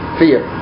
fear